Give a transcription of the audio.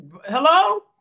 Hello